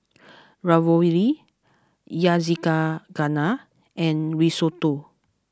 Ravioli Yakizakana and Risotto